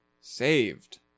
Saved